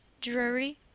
Drury